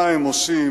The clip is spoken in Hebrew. מה הם עושים,